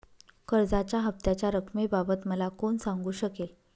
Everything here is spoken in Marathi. कर्जाच्या हफ्त्याच्या रक्कमेबाबत मला कोण सांगू शकेल?